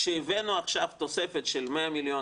כשהבאנו עכשיו תוספת של 100 מיליון